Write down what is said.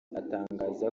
atangaza